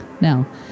Now